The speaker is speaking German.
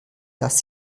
dass